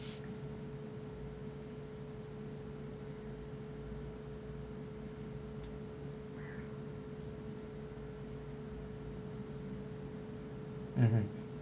mmhmm